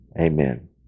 Amen